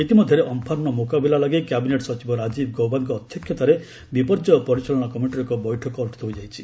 ଇତି ମଧ୍ୟରେ ଅମ୍ଫାନର ମୁକାବିଲା ଲାଗି କ୍ୟାବିନେଟ୍ ସଚିବ ରାଜୀବ ଗୌବାଙ୍କ ଅଧ୍ୟକ୍ଷତାରେ ବିପର୍ଯ୍ୟୟ ପରିଚାଳନା କମିଟିର ଏକ ବୈଠକ ଅନୁଷ୍ଠିତ ହୋଇଯାଇଛି